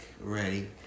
ready